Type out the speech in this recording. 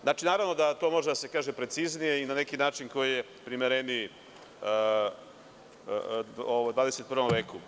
Znači, naravno da to može da se kaže preciznije i na neki način koji je primereniji 21. veku.